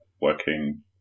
working